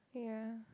yeah